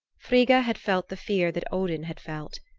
frigga had felt the fear that odin had felt.